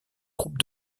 groupe